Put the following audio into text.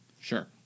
Sure